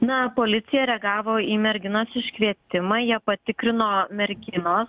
na policija reagavo į merginos iškvietimą jie patikrino merginos